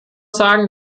sagen